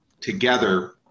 together